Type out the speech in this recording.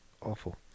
awful